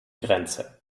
grenze